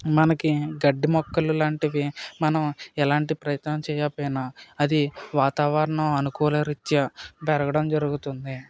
మనకి గడ్డి మొక్కలు లాంటివి మనం ఎలాంటి ప్రయత్నం చేయకపోయినా అది వాతావరణం అనుకూలరీత్యా పెరగడం జరుగుతుంది